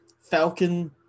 Falcon